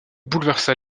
bouleversa